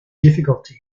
difficulty